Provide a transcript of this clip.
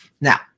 Now